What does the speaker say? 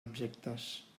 objectes